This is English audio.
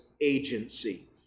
agency